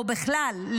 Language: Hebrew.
או בכלל,